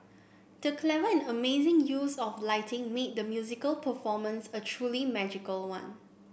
the clever and amazing use of lighting made the musical performance a truly magical one